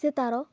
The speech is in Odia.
ସେ ତା'ର